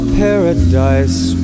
paradise